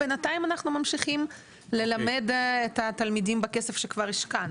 בינתיים אנחנו ממשיכים ללמד את התלמידים בכסף שכבר השקענו.